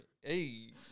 Hey